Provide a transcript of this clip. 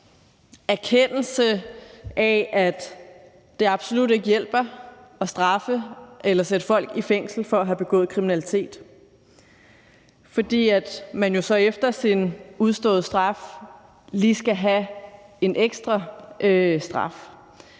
erkendelse af, at det absolut ikke hjælper at straffe eller sætte folk i fængsel for at have begået kriminalitet, fordi man jo så efter sin udståede straf lige skal have en ekstra straf.